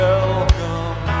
Welcome